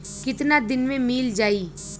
कितना दिन में मील जाई?